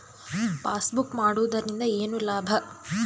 Passbook ಮಾಡುದರಿಂದ ಏನು ಲಾಭ?